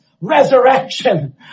resurrection